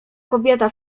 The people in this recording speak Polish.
kobieta